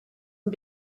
and